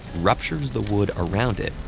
ruptures the wood around it,